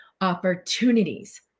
opportunities